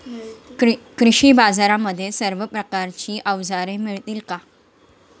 कृषी बाजारांमध्ये सर्व प्रकारची अवजारे मिळतील का?